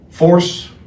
force